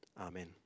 Amen